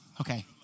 okay